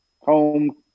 home